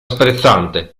sprezzante